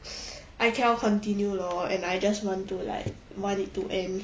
I cannot continue lor and I just want to like want it to end